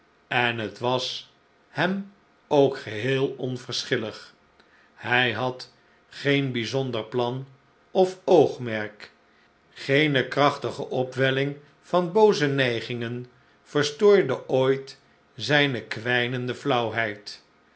en het was hem ook geheel onverschillig hij had geen bijzonder plan of oogmerk geenekrachtige op welling van booze neigingen verstoorde ooit zijne kwijnende flauwheid